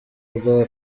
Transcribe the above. rwa